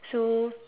so